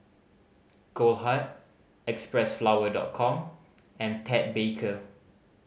Goldheart Xpressflower Dot Com and Ted Baker